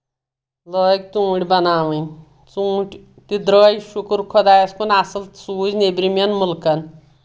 لٲگۍ ژوٗنٛٹھۍ بناوٕنۍ ژوٗنٛٹھۍ تہِ درٛٲے شُکُر خۄدایَس کُن اَصٕل سوٗزۍ نؠبرِمؠن مُلکن